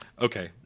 Okay